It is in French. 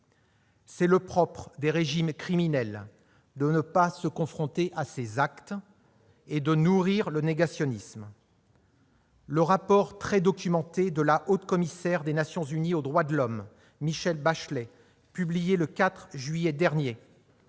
C'est le propre des régimes criminels de ne pas se confronter à leurs actes et de nourrir le négationnisme ! Le rapport très documenté de la haut-commissaire des Nations unies aux droits de l'homme, Michelle Bachelet, publié le 4 juillet dernier,